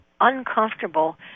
uncomfortable